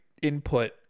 Input